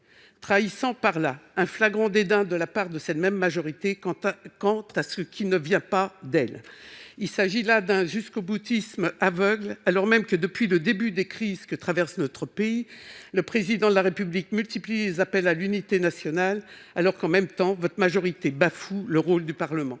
a ainsi trahi un flagrant dédain envers ce qui ne vient pas d'elle. Il s'agit d'un jusqu'au-boutisme aveugle, alors même que, depuis le début des crises que traverse notre pays, le Président de la République multiplie les appels à l'unité nationale. En même temps, votre majorité bafoue le rôle du Parlement